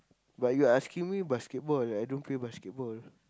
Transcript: but you asking me basketball I don't play basketball